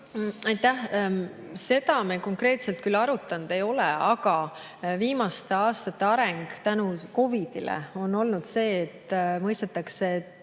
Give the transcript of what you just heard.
Aitäh! Seda me konkreetselt küll arutanud ei ole, aga viimaste aastate areng on tänu COVID‑ile olnud see, et mõistetakse, et